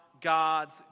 God's